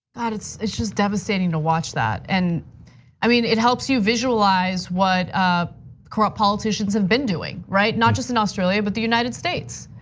it just devastating to watch that and i mean it helps you visualize what ah corrupt politicians have been doing, right? not just in australia, but the united states,